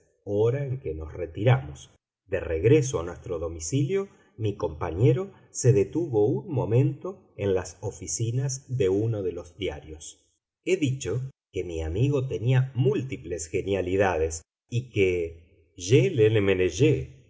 hora en que nos retiramos de regreso a nuestro domicilio mi compañero se detuvo un momento en las oficinas de uno de los diarios he dicho que mi amigo tenía múltiples genialidades y que